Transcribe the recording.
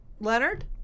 Leonard